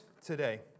today